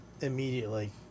immediately